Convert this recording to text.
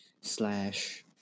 slash